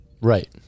right